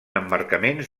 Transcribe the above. emmarcaments